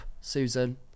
Susan